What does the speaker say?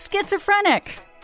schizophrenic